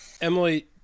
Emily